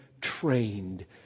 trained